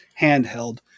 handheld